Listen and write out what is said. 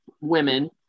women